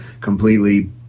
completely